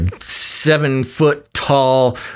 seven-foot-tall